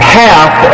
half